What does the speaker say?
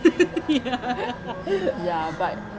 ya but